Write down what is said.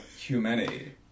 humanity